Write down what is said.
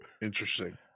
Interesting